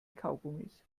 kaugummis